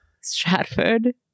Stratford